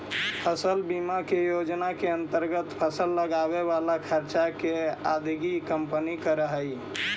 फसल बीमा योजना के अंतर्गत फसल लगावे वाला खर्च के अदायगी कंपनी करऽ हई